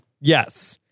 Yes